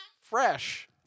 fresh